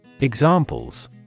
Examples